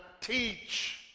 teach